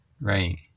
right